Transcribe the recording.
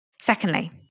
Secondly